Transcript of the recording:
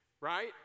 Right